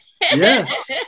Yes